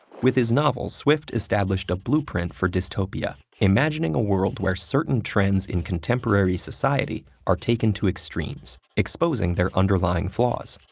with his novel, swift established a blueprint for dystopia, imagining a world where certain trends in contemporary society are taken to extremes, exposing their underlying flaws.